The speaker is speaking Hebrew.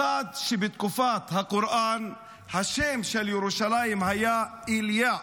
1. בתקופת הקוראן השם של ירושלים היה איליא.